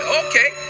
okay